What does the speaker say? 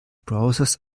browsers